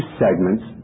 segments